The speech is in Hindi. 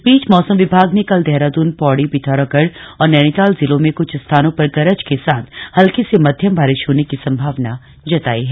इस बीच मौसम विभाग ने कल देहरादून पौड़ी पिथौरागढ़ और नैनीताल जिलों में कुछ स्थानों पर गरज के साथ हल्की से मध्यम बारिश होने की संभावना जतायी है